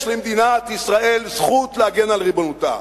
יש למדינת ישראל זכות להגן על ריבונותה.